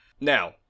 Now